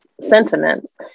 sentiments